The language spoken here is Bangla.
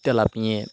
তেলাপিয়া